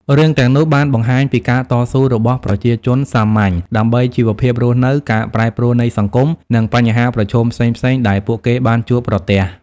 រឿងទាំងនោះបានបង្ហាញពីការតស៊ូរបស់ប្រជាជនសាមញ្ញដើម្បីជីវភាពរស់នៅ ការប្រែប្រួលនៃសង្គម និងបញ្ហាប្រឈមផ្សេងៗដែលពួកគេបានជួបប្រទះ។